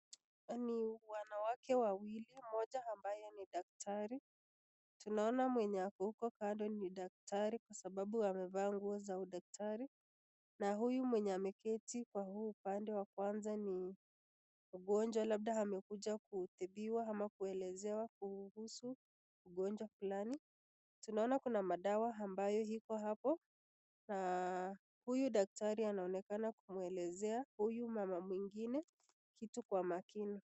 Hawa ni wanawake wawili, mmoja ni ambaye ni dakitari, tunaona mwenye ako huko kando ni dakitari kwa sababu amevaa nguo za udakitari, na huyu mwenye ameketi kwa upande wa kwanza ni mgonjwa labda amekuja kutibiwa ama kuelezewa kuhusu ugonjwa fulani. Tunaona kuna madawa ambayo iko hapo, na huyu dakitari anaonekana kuelezea huyu mama mwingine kitu kwa makini.